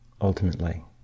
ultimately